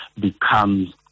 becomes